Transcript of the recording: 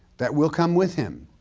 that will come with him